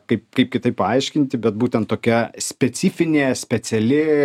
kaip kaip kitaip paaiškinti bet būtent tokia specifinė speciali